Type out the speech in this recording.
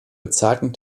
bezahlten